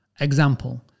Example